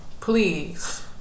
Please